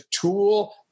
tool